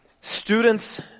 students